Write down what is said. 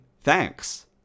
thanks